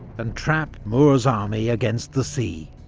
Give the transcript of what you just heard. and trap moore's army against the sea.